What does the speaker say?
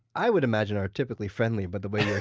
i would imagine are typically friendly, but the way